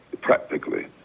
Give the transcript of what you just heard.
practically